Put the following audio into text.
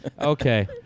Okay